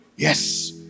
Yes